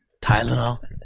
Tylenol